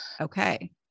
Okay